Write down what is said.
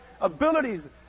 abilities